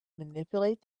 manipulate